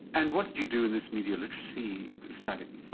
and what did you do in this media literacy study?